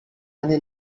many